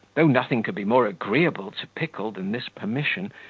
though nothing could be more agreeable to pickle than this permission,